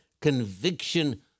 conviction